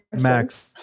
Max